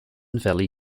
valley